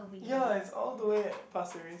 ya is all the way at Pasir Ris